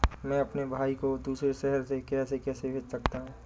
मैं अपने भाई को दूसरे शहर से पैसे कैसे भेज सकता हूँ?